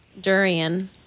durian